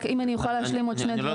רק אם אני אוכל להשלים עוד שני דברים.